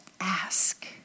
ask